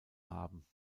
haben